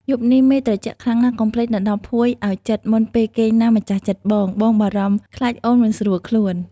យប់នេះមេឃត្រជាក់ខ្លាំងណាស់ កុំភ្លេចដណ្តប់ភួយឱ្យជិតមុនពេលគេងណាម្ចាស់ចិត្តបង បងបារម្ភខ្លាចអូនមិនស្រួលខ្លួន។